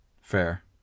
Fair